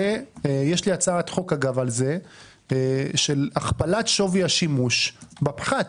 יש לי הצעת חוק על זה של הכפלת שווי השימוש בפחת.